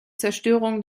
zerstörung